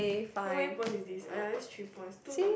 how many points is this !aiya! that's three points two to